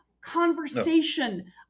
conversation